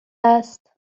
است